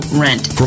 rent